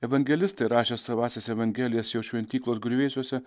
evangelistai rašę savąsias evangelijas jo šventyklos griuvėsiuose